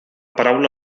paraula